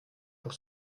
pour